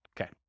Okay